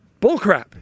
Bullcrap